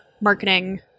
marketing